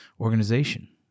organization